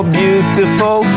beautiful